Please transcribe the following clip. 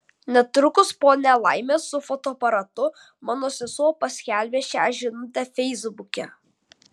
netrukus po nelaimės su fotoaparatu mano sesuo paskelbė šią žinutę feisbuke